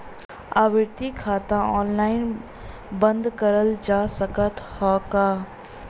आवर्ती खाता ऑनलाइन बन्द करल जा सकत ह का?